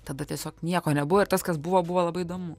tada tiesiog nieko nebuvo ir tas kas buvo buvo labai įdomu